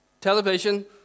television